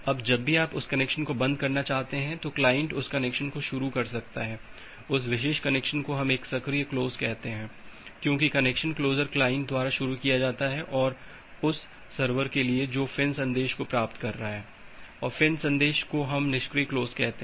अब जब भी आप उस कनेक्शन को बंद करना चाहते हैं तो क्लाइंट उस कनेक्शन को शुरू कर सकता है उस विशेष कनेक्शन को हम एक सक्रिय क्लोज कहते हैं क्योंकि कनेक्शन क्लोजर क्लाइंट द्वारा शुरू किया जाता है और उस सर्वर के लिए जो फ़िन् संदेश को प्राप्त कर रहा है फ़िन् संदेश को हम निष्क्रिय क्लोज कहते हैं